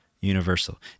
universal